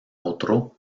otro